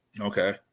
Okay